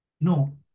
No